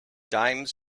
dimes